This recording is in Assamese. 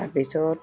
তাৰপিছত